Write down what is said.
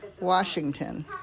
Washington